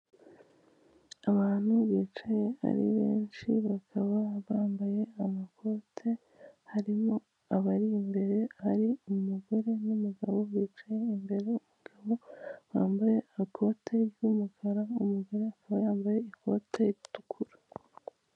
Abantu bicaye ari benshi bakaba bambaye amakote, harimo abari imbere hari umugore n'umugabo bicaye imbere, umugabo wambaye ikote ry'umukara umugore akaba yambaye ikoti ritukura.